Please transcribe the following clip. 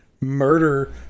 murder